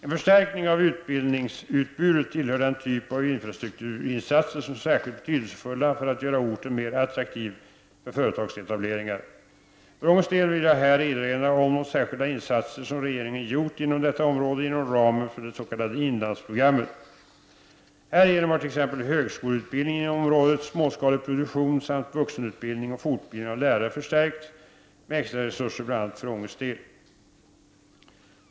En förstärkning av utbildningsutbudet tillhör den typ av infrastrukturinsatser som är särskilt betydelsefulla för att göra orten mera attraktiv för företagsetableringar. För Ånges del vill jag här erinra om de särskilda insatser som regeringen gjort inom detta område inom ramen för det s.k. inlandsprogrammet. Härigenom har t.ex. högskoleutbildning inom området, småskalig produktion samt vuxenutbildning och fortbildning av lärare förstärkts med extraresurser bl.a. för Ånges del.